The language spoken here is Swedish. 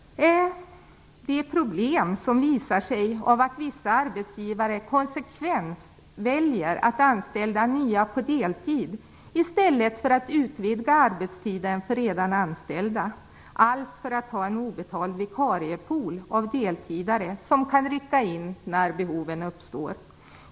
Det är ett problem som visar sig i att vissa arbetsgivare konsekvent väljer att anställa nya på deltid i stället för att utöka arbetstiden för redan anställda - allt för att ha en obetald vikariepool av deltidare som kan rycka in när behoven uppstår.